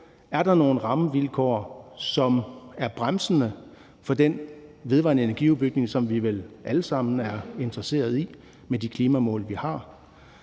Er der nogle rammevilkår, som er bremsende for den vedvarende energi-udbygning, som vi vel alle sammen er interesserede i med de klimamål, vi har?